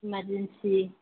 emergency